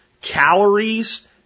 Calories